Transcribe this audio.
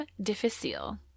difficile